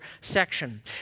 section